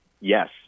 yes